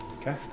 Okay